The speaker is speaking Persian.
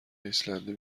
ایسلندی